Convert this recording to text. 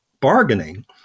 bargaining